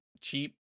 cheap